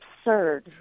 absurd